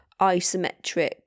isometric